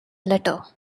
letter